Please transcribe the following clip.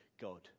God